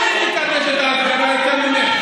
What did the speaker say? אני מכבד את ההפגנה יותר ממך.